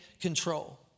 control